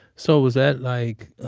so was that like,